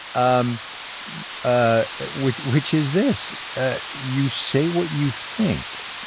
um ah which which is this you say what you think,